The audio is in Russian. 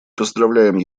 поздравляем